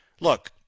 Look